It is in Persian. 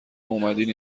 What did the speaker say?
واومدین